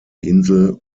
insel